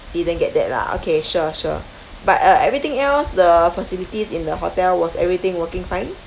didn't get that lah okay sure sure but uh everything else the facilities in the hotel was everything working fine